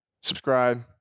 Subscribe